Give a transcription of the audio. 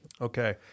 Okay